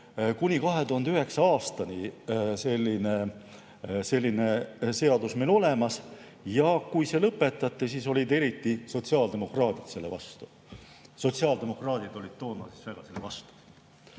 kuni 2009. aastani seadusena olemas ja kui see [tühistati], siis olid eriti sotsiaaldemokraadid selle vastu. Sotsiaaldemokraadid olid toona väga selle vastu.